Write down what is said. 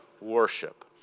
worship